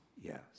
yes